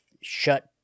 shut